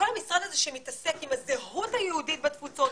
כל המשרד הזה שמתעסק בזהות היהודית בתפוצות,